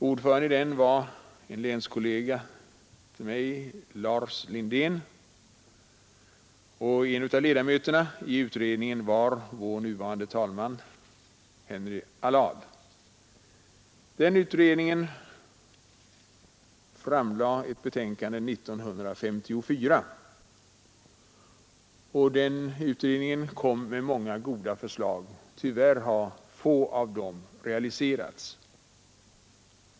Ordförande i den var en länskollega till mig, Lars Lindén, och en av ledamöterna i utredningen var vår nuvarande talman Henry Allard. Den utredningen framlade ett betänkande 1954. Den kom med många goda förslag. Tyvärr har få av dem realiserats.